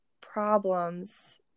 problems